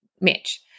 Mitch